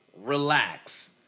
relax